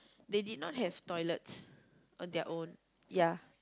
they did not have toilets on their own ya